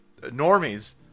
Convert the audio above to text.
Normies